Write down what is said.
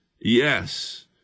Yes